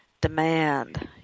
demand